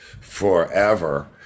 forever